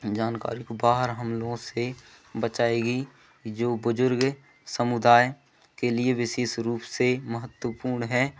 जानकारी को बाहर हम लोगों से बचाएगी जो बुज़ुर्ग समुदाय के लिए विशेष रूप से महत्वपूर्ण है